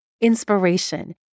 inspiration